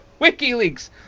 WikiLeaks